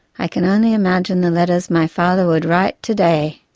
i can only imagine the letters my father would write today.